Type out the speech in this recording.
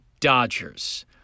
Dodgers